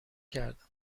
کردم